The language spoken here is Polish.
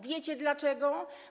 Wiecie dlaczego?